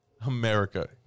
America